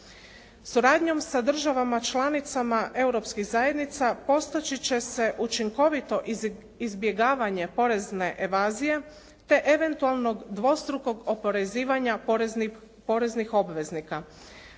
Suradnjom sa državama članicama europskih zajednica postići će se učinkovito izbjegavanje porezne evazije te eventualnog dvostrukog oporezivanja poreznih obveznika.